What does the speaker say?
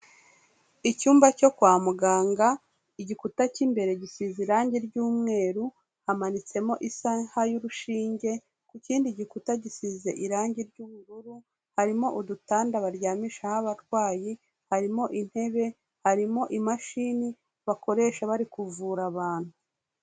Icyumba cyo kwa muganga, igikuta cy'imbere gisize irangi ry'umweru, hamanitsemo isaha y'urushinge, ku kindi gikuta gisize irangi ry'ubururu, harimo udutanda baryamishaho abarwayi, harimo intebe, harimo imashini bakoresha bari kuvura abantu.